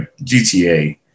GTA